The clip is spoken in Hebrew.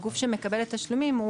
הגוף שמקבל את התשלומים,